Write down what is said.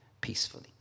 peacefully